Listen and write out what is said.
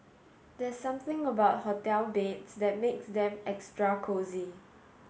there's something about hotel beds that makes them extra cosy